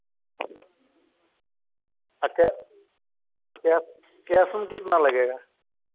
अच्छा cash cash उल कितना लगेगा